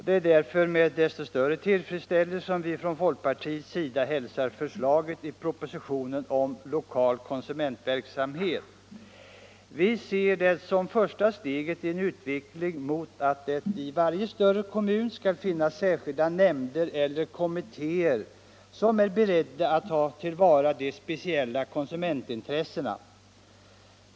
Det är därför med desto större tillfredsställelse som vi från folkpartiets sida hälsar förslaget i propositionen om lokal konsumentverksamhet. Vi ser det som första steget i en utveckling mot att det i varje större kommun skall finnas särskilda nämnder eller kommittéer som är beredda att ta till vara de speciella konsumentintressena.